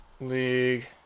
League